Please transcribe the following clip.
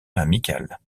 amicales